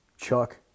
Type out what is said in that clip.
Chuck